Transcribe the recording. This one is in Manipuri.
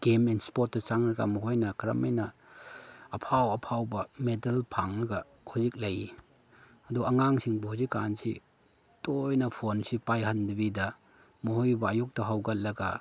ꯒꯦꯝ ꯑꯦꯟ ꯏꯁꯄꯣꯔꯠꯇ ꯆꯪꯂꯒ ꯃꯈꯣꯏꯅ ꯀꯔꯝ ꯍꯥꯏꯅ ꯑꯐꯥꯎ ꯑꯐꯥꯎꯕ ꯃꯦꯗꯜ ꯐꯪꯂꯒ ꯍꯧꯖꯤꯛ ꯂꯩꯌꯦ ꯑꯗꯣ ꯑꯉꯥꯡꯁꯤꯡꯕꯨ ꯍꯧꯖꯤꯛꯀꯥꯟꯁꯤ ꯇꯣꯏꯅ ꯐꯣꯟꯁꯤ ꯄꯥꯏꯍꯟꯗꯕꯤꯗ ꯃꯈꯣꯏꯕꯨ ꯑꯌꯨꯛꯇ ꯍꯧꯒꯠꯂꯒ